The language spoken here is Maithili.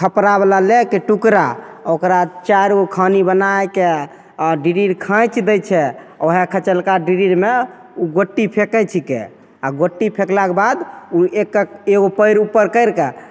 खपड़ावला लैके टुकड़ा ओकरा चारि गो खानी बनायके आओर डिडिर खाँचि दै छै वएह खीचलका डिडिरमे उ गोटी फेकयके छीकै आओर गोटी फेकलाके बाद उ एक एक एगो पयर उपर करिके